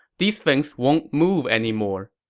these things won't move anymore.